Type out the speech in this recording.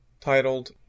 titled